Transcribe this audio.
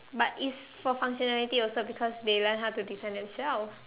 but it's for functionality also because they learn how to defend themselves